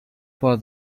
for